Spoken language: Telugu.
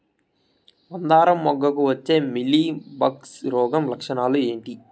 మందారం మొగ్గకు వచ్చే మీలీ బగ్స్ రోగం లక్షణాలు ఏంటి?